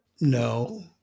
No